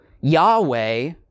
Yahweh